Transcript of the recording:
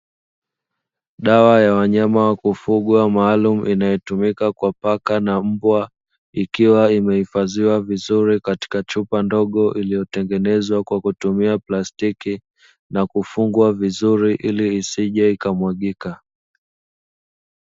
Dawa ya wanyama wa kufugwa maalumu, inayotumika kwa Paka na Mbwa, ikiwa imehifadhiwa vizuri katika chupa ndogo iliyotengenezwa kwa kutumia plastiki, na kufungwa vizuri ili isije ikamwagika.